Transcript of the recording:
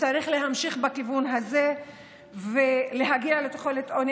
וצריך להמשיך בכיוון הזה ולהגיע לתחולת עוני